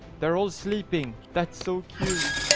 they're all sleeping, that's so cute.